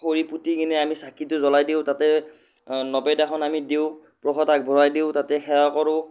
খৰি পুতি কিনে আমি চাকিটো জ্বলাই দিওঁ তাতে নবেদাখন আমি দিওঁ প্ৰসাদ আগবঢ়াই দিওঁ তাতে সেৱা কৰোঁ